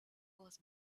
was